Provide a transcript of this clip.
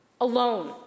alone